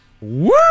Woo